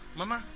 Mama